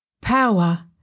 power